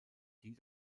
die